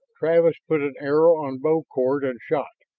travis put an arrow on bow cord and shot.